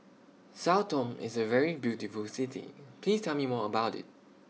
Sao Tome IS A very beautiful City Please Tell Me More about IT